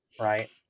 right